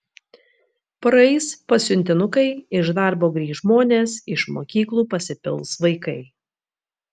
praeis pasiuntinukai iš darbo grįš žmonės iš mokyklų pasipils vaikai